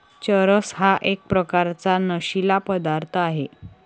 चरस हा एक प्रकारचा नशीला पदार्थ आहे